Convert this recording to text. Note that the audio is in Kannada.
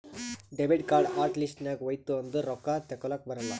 ಡೆಬಿಟ್ ಕಾರ್ಡ್ ಹಾಟ್ ಲಿಸ್ಟ್ ನಾಗ್ ಹೋಯ್ತು ಅಂದುರ್ ರೊಕ್ಕಾ ತೇಕೊಲಕ್ ಬರಲ್ಲ